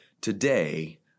today